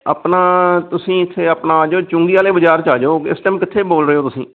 ਆਪਣਾ ਤੁਸੀਂ ਇੱਥੇ ਆਪਣਾ ਜੋ ਚੁੰਗੀ ਵਾਲੇ ਬਾਜ਼ਾਰ 'ਚ ਆ ਜਾਓ ਇਸ ਟਾਈਮ ਕਿੱਥੇ ਬੋਲ ਰਹੇ ਹੋ ਤੁਸੀਂ